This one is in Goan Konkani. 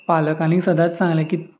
पालकांनी सदांच सांगलें की